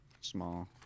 Small